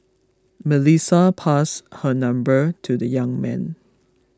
Melissa passed her number to the young man